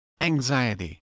Anxiety